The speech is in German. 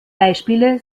beispiele